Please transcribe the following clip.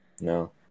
no